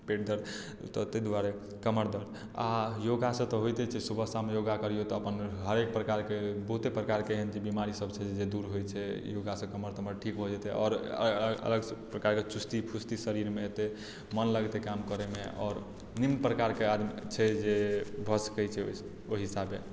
पेट दर्द तऽ तैँ दुआरे कमर दर्द आ योगा से होइते छै सुबह शाम योगा करियौ तऽ अपन हरेक प्रकारकेँ बहुते प्रकारकेँ बीमारी सभ छै से दूर होइ छै ओकरा से कमर तमर ठीक भऽ जेतै आओर अलग प्रकारकेँ चुस्ती फुर्ति शरीरमे एतै मन लगतै काम करैमे आओर भिन्न प्रकारके छै जे भऽ सकै छै ओहि हिसाबे